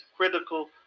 Critical